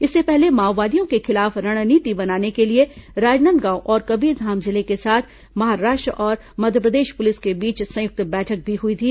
इससे पहले माओवादियों के खिलाफ रणनीति बनाने के लिए राजनांदगांव और कबीरधाम जिले के साथ महाराष्ट्र और मध्यप्रदेश पुलिस के बीच संयुक्त बैठक भी हुई थी